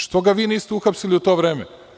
Što ga vi niste uhapsili u to vreme?